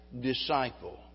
Disciple